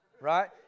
right